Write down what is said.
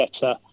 better